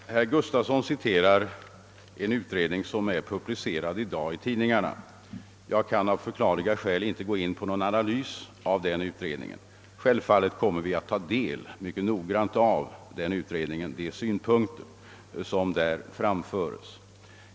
Herr talman! Herr Gustavsson i Alvesta citerar en utredning som är publicerad i dagens tidningar. Jag kan av förklarliga skäl inte gå in på någon analys av den utredningen. Vi kommer självfallet att mycket noggrant ta del av de synpunkter som framförts i den.